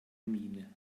miene